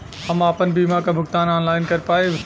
हम आपन बीमा क भुगतान ऑनलाइन कर पाईब?